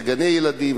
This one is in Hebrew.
גני-ילדים,